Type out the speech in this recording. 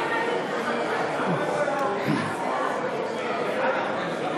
לוועדה שתקבע ועדת